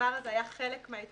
והדבר הזה היה חלק מההתקשרות,